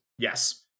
Yes